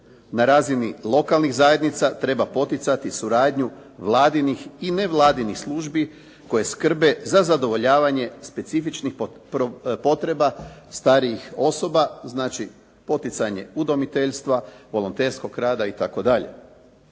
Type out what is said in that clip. na razini lokalnih zajednica treba poticati suradnju vladinih i ne vladinih službi koje skrbe za zadovoljavanje specifičnih potreba starijih osoba, znači poticanje udomiteljstva, volonterskog rada itd..